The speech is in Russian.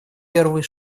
первый